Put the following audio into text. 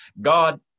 God